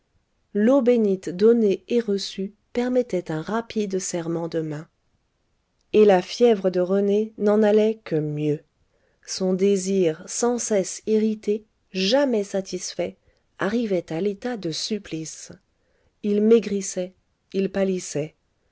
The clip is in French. l'eau bénite donnée et reçue permettait un rapide serrement de main et la fièvre de rené n'en allait que mieux son désir sans cesse irrité jamais satisfait arrivait à l'état de supplice il maigrissait il pâlissait